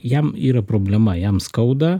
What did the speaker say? jam yra problema jam skauda